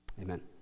Amen